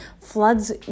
floods